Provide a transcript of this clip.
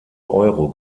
euro